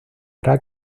hará